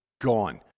gone